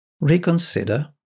reconsider